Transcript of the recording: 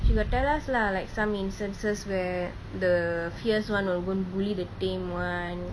she got tell us lah like some instances where the fierce one will even bully the tame one